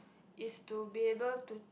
is to be able to